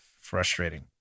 Frustrating